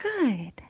Good